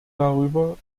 darüber